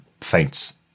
faints